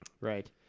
right